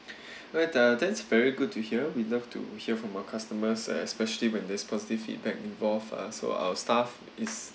alright uh that's very good to hear we love to hear from our customers and especially when there's positive feedback involved uh so our staff is